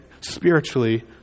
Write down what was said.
spiritually